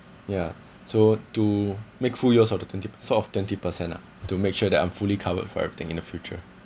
ya so to make full use of the twenty per~ sort of twenty percent nah to make sure that I'm fully covered for everything in the future